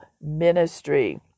ministry